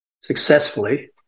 successfully